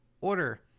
Order